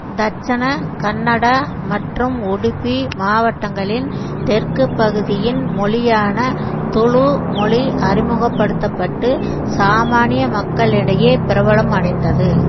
தட்சண கன்னடா மற்றும் உடுப்பி மாவட்டங்களின் தெற்கு பகுதியின் மொழியான துளு மொழி அறிமுகப்படுத்தப்பட்டு சாமானிய மக்களிடையே பிரபலமடைந்தது